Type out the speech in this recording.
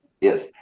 yes